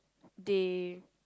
they